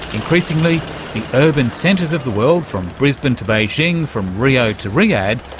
increasingly the urban centres of the world from brisbane to beijing, from rio to riyhad,